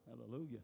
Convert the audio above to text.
hallelujah